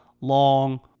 long